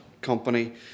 company